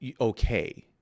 okay